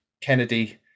Kennedy